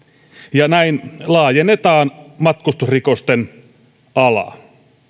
ja näin laajennetaan matkustusrikosten alaa